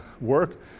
work